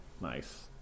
nice